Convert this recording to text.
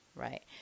Right